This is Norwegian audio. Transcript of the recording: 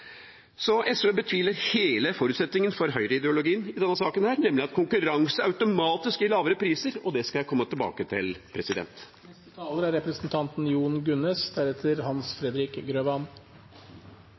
Så SV betviler hele forutsetningen for høyreideologien i denne saken, nemlig at konkurranse automatisk gir lavere priser, og det skal jeg komme tilbake til.